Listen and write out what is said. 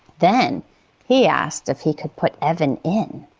then he asked if he could put evan in.